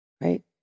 right